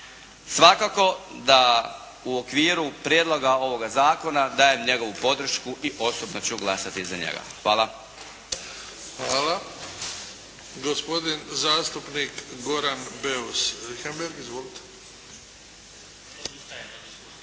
Svakako da u okviru prijedloga ovoga zakona dajem njegovu podršku i osobno ću glasati za njega. Hvala. **Bebić, Luka (HDZ)** Hvala. Gospodin zastupnik Goran Beus Richembergh. Izvolite. Hvala.